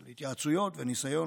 של התייעצויות וניסיון,